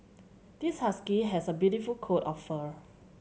this husky has a beautiful coat of fur